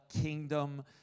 kingdom